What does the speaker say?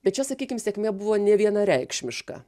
bet čia sakykim sėkmė buvo nevienareikšmiška